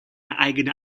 eigene